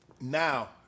now